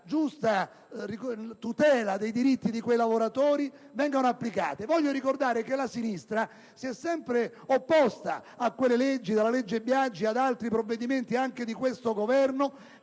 giusta tutela dei diritti di quei lavoratori, vengono applicate. Voglio ricordare che la sinistra si è sempre opposta a quelle leggi, come la legge Biagi ed altri provvedimenti, anche di questo Governo...